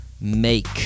make